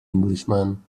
englishman